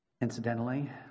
Incidentally